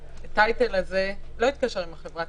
מבחינתנו זה לא דומה לחדלות פירעון,